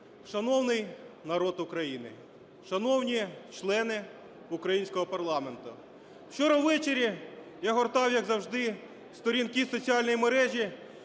Шановний народ України! Шановні члени українського парламенту! Вчора увечері я гортав, як завжди, сторінки соціальної мережі,